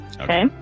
Okay